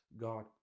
God